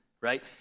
right